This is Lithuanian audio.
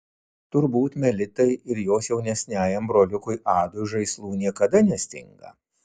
turbūt melitai ir jos jaunesniajam broliukui adui žaislų niekada nestinga